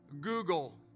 Google